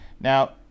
now